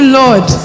lord